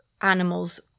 animals